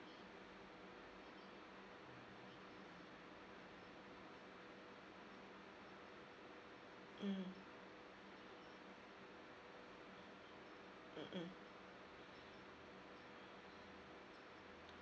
mm